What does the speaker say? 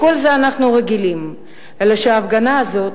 לכל זה אנחנו רגילים, אלא שההפגנה הזאת